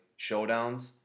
showdowns